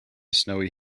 snowy